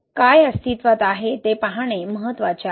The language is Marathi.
काय अस्तित्वात आहे ते पाहणे महत्त्वाचे आहे